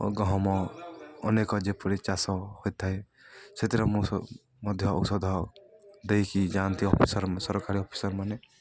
ଓ ଗହମ ଅନେକ ଯେପରି ଚାଷ ହୋଇଥାଏ ସେଥିରେ ମୁଁ ମଧ୍ୟ ଔଷଧ ଦେଇକି ଯାଆନ୍ତି ଅଫିସର ସରକାରୀ ଅଫିସର ମାନେ